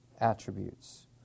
attributes